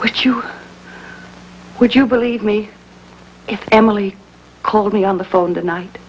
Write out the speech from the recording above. which you would you believe me if emily called me on the phone the night